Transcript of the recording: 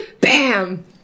Bam